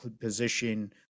position